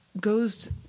goes